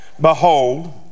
Behold